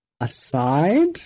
aside